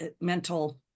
mental